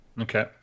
Okay